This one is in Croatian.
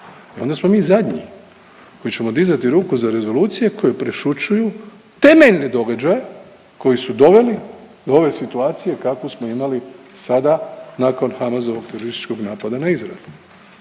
onda smo mi zadnji koji ćemo dizati ruku za Rezolucije koje prešućuju temeljne događaje koji su doveli do ove situacije kakvu smo imali sada nakon Hamasovog terorističkog napada na Izrael.